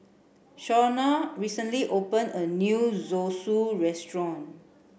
Shawna recently opened a new Zosui restaurant